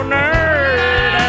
nerd